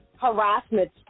harassment